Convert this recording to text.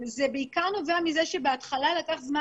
וזה נובע בעיקר מזה שבהתחלה לקח זמן